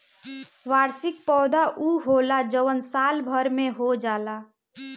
वार्षिक पौधा उ होला जवन साल भर में हो जाला